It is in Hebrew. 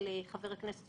נקודת המוצא שלנו היא,